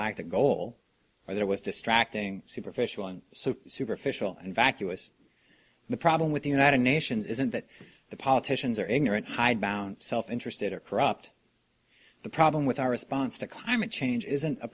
lacked that goal there was distracting superficial and so superficial and vacuous the problem with the united nations isn't that the politicians are ignorant hidebound self interested or corrupt the problem with our response to climate change isn't a